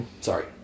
Sorry